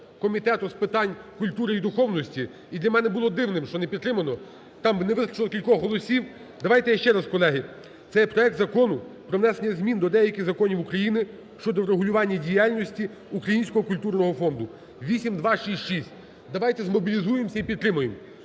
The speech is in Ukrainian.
Комітету з питань культури і духовності. І для мене було дивним, що не підтримано, там не вистачило кількох голосів, давайте я ще раз, колеги. Це є проект Закону про внесення змін до деяких законів України щодо врегулювання діяльності Українського культурного фонду (8266). Давайте змобілізуємося і підтримаємо.